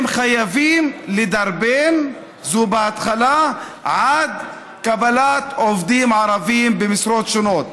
חייבים לדרבן את זה בהתחלה עד קבלת עובדים ערבים במשרות שונות.